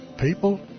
people